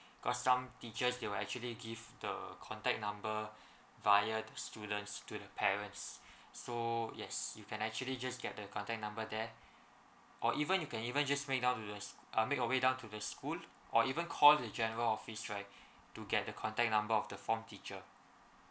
cause some teachers they will actually give the contact number via the student student parents so yes you can actually just get the contact number there or even you can even just make down to the uh make your way down to the school or even call the general office right to get the contact number of the form teacher